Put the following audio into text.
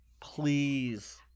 Please